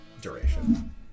Duration